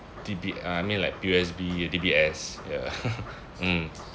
D_B I mean like P_O_S_B D_B_S ya mm